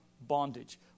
bondage